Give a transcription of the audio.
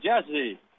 jesse